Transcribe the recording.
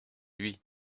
lui